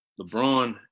LeBron